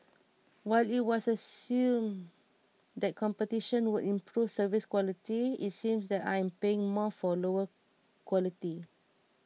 while it was assumed that competition would improve service quality it seems that I am paying more for lower quality